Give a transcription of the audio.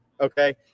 Okay